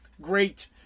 great